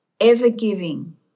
ever-giving